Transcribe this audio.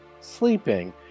sleeping